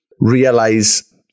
realize